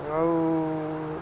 ଆଉ